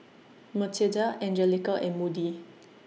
Matilda Angelica and Moody